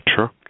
Sure